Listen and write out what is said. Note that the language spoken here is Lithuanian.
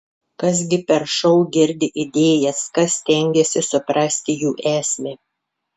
kas gi per šou girdi idėjas kas stengiasi suprasti jų esmę